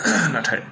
नाथाय